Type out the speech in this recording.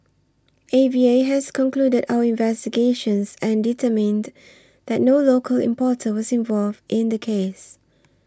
A V A has concluded our investigations and determined that no local importer was involved in the case